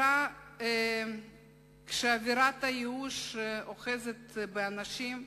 כשאווירת הייאוש אוחזת באנשים,